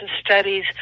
studies